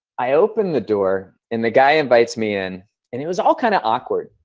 i opened the door and the guy invites me in. and it was all kinda awkward.